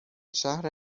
شهر